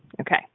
Okay